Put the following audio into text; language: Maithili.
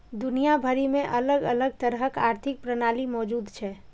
दुनिया भरि मे अलग अलग तरहक आर्थिक प्रणाली मौजूद छै